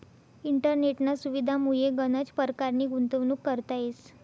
इंटरनेटना सुविधामुये गनच परकारनी गुंतवणूक करता येस